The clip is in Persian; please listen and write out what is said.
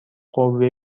قوه